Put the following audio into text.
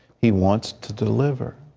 he wants to deliver.